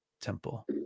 temple